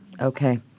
Okay